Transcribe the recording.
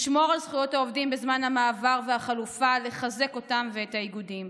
לשמור על זכויות העובדים בזמן המעבר והחלופה ולחזק אותם ואת האיגודים,